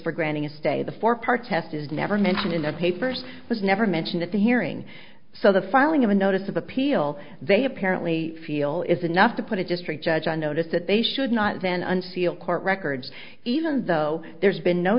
for granting a stay the four part test is never mentioned in the papers was never mentioned at the hearing so the filing of a notice of appeal they apparently feel is enough to put a district judge on notice that they should not then unseal court records even though there's been no